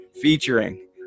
featuring